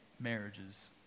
Marriages